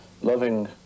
loving